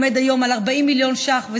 עומד היום על 40 מיליון שקלים,